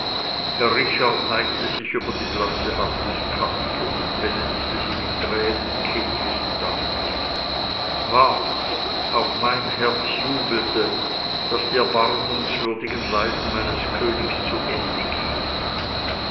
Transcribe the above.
neigte sich über die blasse hand des kanzlers und benetzte sie mit tränen kindlichen dankes wahrlich auch mein herz jubelte daß die erbarmungswürdigen leiden meines königs zu ende gingen